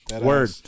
Word